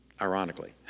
ironically